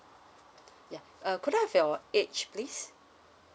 yeah uh could I have your age please